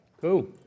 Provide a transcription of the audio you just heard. Cool